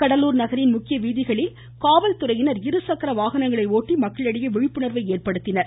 கடலூர் நகரின் முக்கிய வீதிகளில் காவல்துறையினர் இருசக்கர வாகனங்களை ஒட்டி மக்களிடையே விழிப்புணர்வை ஏற்படுத்தினர்